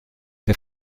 der